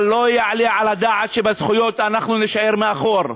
אבל לא יעלה על הדעת שבזכויות אנחנו נישאר מאחור,